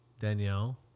Danielle